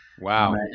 wow